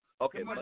Okay